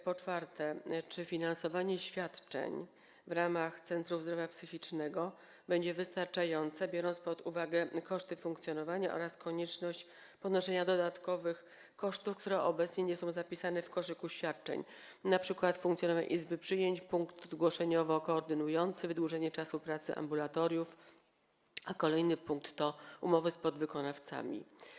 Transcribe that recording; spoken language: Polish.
Po czwarte, czy finansowanie świadczeń w ramach centrów zdrowia psychicznego będzie wystarczające, biorąc pod uwagę koszty funkcjonowania oraz konieczność ponoszenia dodatkowych kosztów, które obecnie nie są zapisane w koszyku świadczeń, związanych np. z funkcjonowaniem izby przyjęć, punktu zgłoszeniowo-koordynującego, wydłużeniem czasu pracy ambulatoriów i - kolejny punkt - umowami z podwykonawcami?